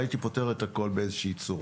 הייתי פותר את הכול באיזושהי צורה.